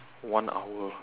one hour